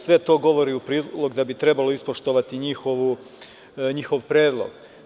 Sve to govori u prilog da bi trebalo ispoštovati njihov predlog.